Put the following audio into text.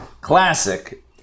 classic